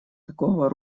такого